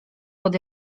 pod